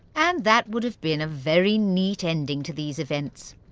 and that would have been a very neat ending to these events,